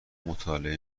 مطالعه